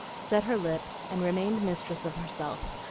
set her lips, and remained mistress of herself,